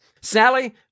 Sally